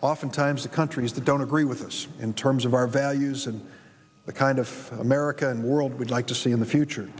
oftentimes to countries that don't agree with us in terms of our values and the kind of american world we'd like to see in the future